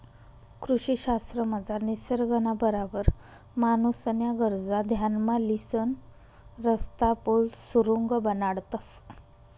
कृषी शास्त्रमझार निसर्गना बराबर माणूसन्या गरजा ध्यानमा लिसन रस्ता, पुल, सुरुंग बनाडतंस